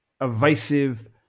evasive